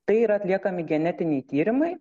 tai yra atliekami genetiniai tyrimai